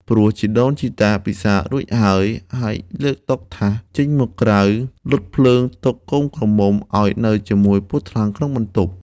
ព្រោះជីដូនជីតាពិសារួចហើយ ហើយលើកតុ ថាស ចេញមកក្រៅ លត់ភ្លើងទុកកូនក្រមុំ ឱ្យនៅជាមួយពស់ថ្លាន់ក្នុងបន្ទប់។